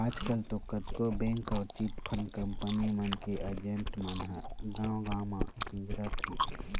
आजकल तो कतको बेंक अउ चिटफंड कंपनी मन के एजेंट मन ह गाँव गाँव म गिंजरत हें